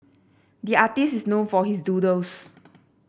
the artist is known for his doodles